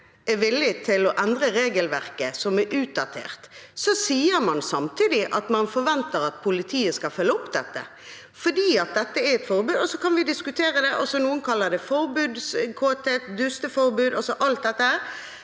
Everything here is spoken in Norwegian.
er villig til å endre regelverket, som er utdatert, sier man samtidig at man forventer at politiet skal følge dette opp fordi det er et forbud. Så kan vi diskutere det – noen kaller det forbudskåthet, dusteforbud – men så lenge